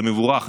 זה מבורך,